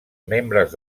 membres